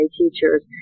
teachers